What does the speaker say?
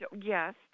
Yes